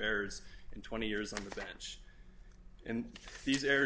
errors in twenty years on the bench and